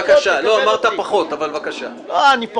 אני אומר